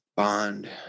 bond